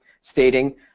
stating